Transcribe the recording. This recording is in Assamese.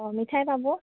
অঁ মিঠাই পাব